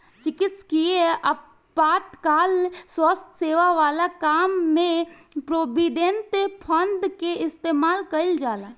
चिकित्सकीय आपातकाल स्वास्थ्य सेवा वाला काम में प्रोविडेंट फंड के इस्तेमाल कईल जाला